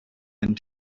and